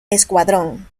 escuadrón